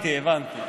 לא, הבנתי, הבנתי.